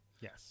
Yes